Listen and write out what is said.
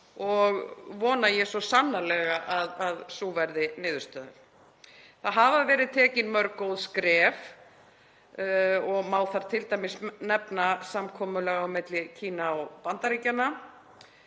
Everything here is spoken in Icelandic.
og vona ég svo sannarlega að sú verði niðurstaðan. Það hafa verið tekin mörg góð skref og má þar t.d. nefna samkomulag á milli Kína og Bandaríkjanna.